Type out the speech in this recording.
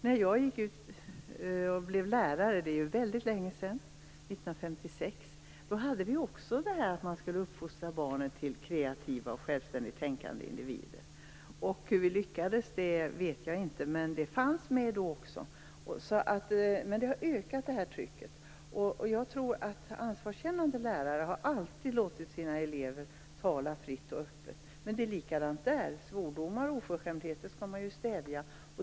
När jag gick ut och blev lärare - det är väldigt länge sedan, 1956 - hade vi också för ögonen att man skulle uppfostra barnen till kreativa och självständigt tänkande individer. Hur vi lyckades vet jag inte, men det fanns med då också. Men trycket har ökat. Jag tror att ansvarskännande lärare alltid har låtit sina elever tala fritt och öppet, men det är likadant där: Svordomar och oförskämdheter skall man stävja.